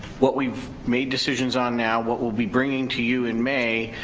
what we've made decisions on now, what we'll be bringing to you in may,